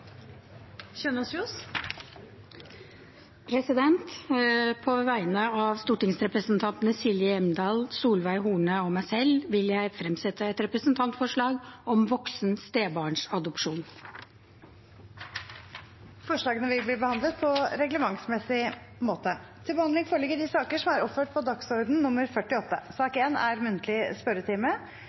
Kjønaas Kjos vil fremsette et representantforslag. På vegne av stortingsrepresentantene Silje Hjemdal, Solveig Horne, Himanshu Gulati og meg selv vil jeg fremsette et representantforslag om voksen stebarnsadopsjon. Forslagene vil bli behandlet på reglementsmessig måte. Stortinget mottok mandag meddelelse fra Statsministerens kontor om at statsrådene Bent Høie, Nikolai Astrup og Knut Arild Hareide vil møte til